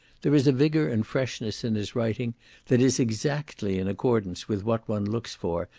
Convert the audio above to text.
there is a vigor and freshness in his writing that is exactly in accordance with what one looks for,